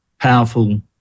powerful